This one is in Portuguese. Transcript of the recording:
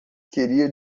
queria